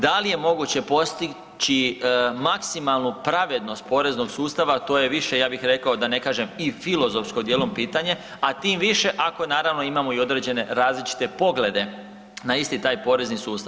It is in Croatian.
Da li je moguće postići maksimalnu pravednost poreznog sustava to je više, ja bih rekao da ne kažem i filozofsko dijelom pitanje, a tim više ako naravno imamo i određene različite poglede na isti taj porezni sustav.